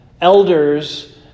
Elders